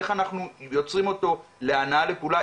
איך אנחנו יוצרים אותו להנעה לפעולה,